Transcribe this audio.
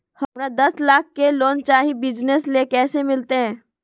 हमरा दस लाख के लोन चाही बिजनस ले, कैसे मिलते?